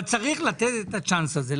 אבל צריך לתת את הצ'אנס הזה.